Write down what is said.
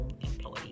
employee